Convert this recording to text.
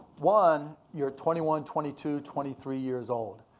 one, you're twenty one, twenty two, twenty three years old.